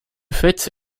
fait